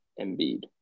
Embiid